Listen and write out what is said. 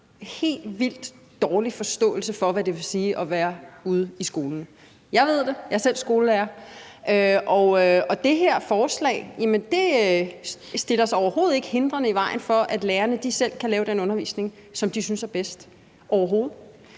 helt vildt dårlig forståelse for, hvad det vil sige at være ude i skolen. Jeg ved det; jeg er selv skolelærer. Det her forslag stiller sig overhovedet ikke hindrende i vejen for, at lærerne selv kan lave den undervisning, som de synes er bedst. Nu siger